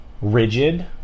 rigid